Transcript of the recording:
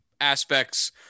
aspects